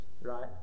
Right